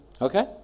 Okay